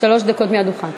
שלוש דקות מהדוכן.